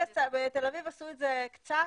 בתל אביב עשו את זה קצת,